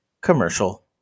commercial